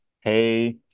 hey